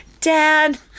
Dad